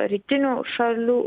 rytinių šalių